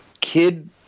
kid